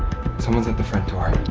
someones at the front door.